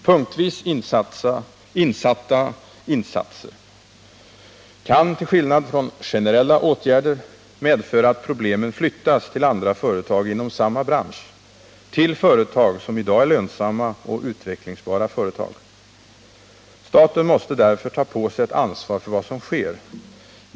Punktvis insatta insatser kan — till skillnad från generella åtgärder — medföra att problemen flyttas till andra företag inom samma bransch, till företag som i dag är lönsamma och utvecklingsbara företag. Staten måste därför ta på sig ett ansvar för vad som sker.